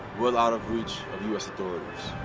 well out of reach of u s. authorities.